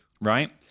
right